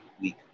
week